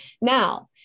Now